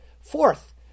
Fourth